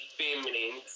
feminine